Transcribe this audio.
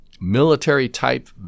military-type